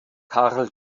karl